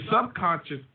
subconscious